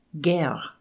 guerre